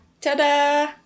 Ta-da